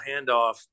handoff